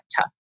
tough